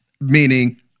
meaning